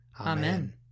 Amen